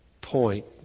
point